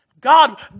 God